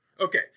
Okay